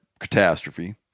catastrophe